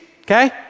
okay